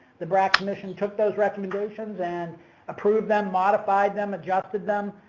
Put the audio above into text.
the brac commission took those recommendations and approved them, modified them, adjusted them,